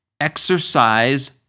exercise